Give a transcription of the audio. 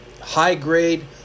high-grade